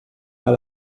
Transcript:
pas